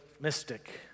mystic